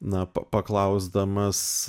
na pa paklausdamas